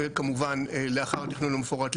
וכמובן לאחר התכנון המפורט,